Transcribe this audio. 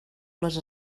les